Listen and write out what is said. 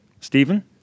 Stephen